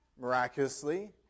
miraculously